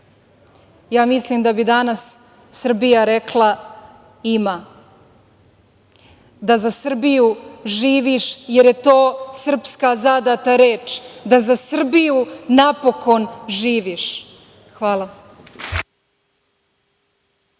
Mislim da bi danas Srbija rekla – ima, da za Srbiju živiš, jer je to srpska zadata reč, da za Srbiju napokon živiš. Hvala.